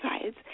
sides